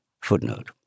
Footnote